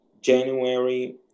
January